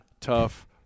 tough